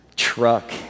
truck